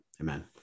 Amen